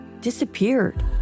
disappeared